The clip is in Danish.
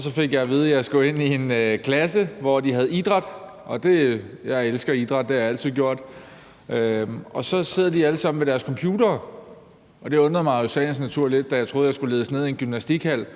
så fik jeg at vide, at jeg skulle ind i en klasse, som havde idræt. Jeg elsker idræt, det har jeg altid gjort, og så sidder de alle sammen ved deres computere. Det undrede mig jo i sagens natur lidt; jeg troede, at jeg skulle ledes ned i en gymnastikhal.